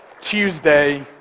Tuesday